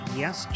yes